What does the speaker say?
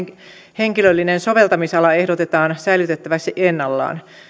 henkilöllinen soveltamisala ehdotetaan säilytettäväksi ennallaan